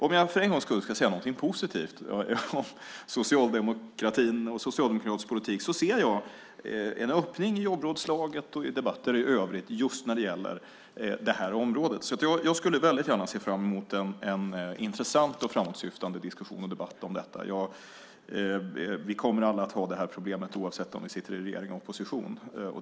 Jag ska för en gångs skull säga något positivt om socialdemokratin och socialdemokratisk politik. Jag ser en öppning i jobbrådslaget och i debatter i övrigt när det gäller det här området. Jag skulle väldigt gärna föra och ser fram emot en intressant och framåtsyftande diskussion och debatt om detta. Vi kommer alla att ha det här problemet oavsett om vi sitter i regering eller i opposition.